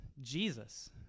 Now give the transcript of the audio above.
Jesus